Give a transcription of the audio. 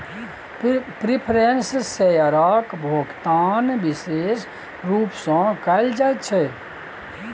preference शेयरक भोकतान बिशेष रुप सँ कयल जाइत छै